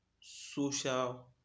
social